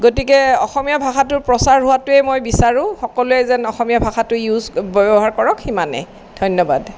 গতিকে অসমীয়া ভাষাটোৰ প্ৰচাৰ হোৱাটোৱে মই বিচাৰো সকলোৱে যেন অসমীয়া ভাষাটো ইউজ ব্যৱহাৰ কৰক সিমানেই ধন্যবাদ